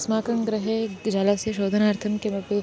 अस्माकं गृहे जलस्य शोधनार्थं कमपि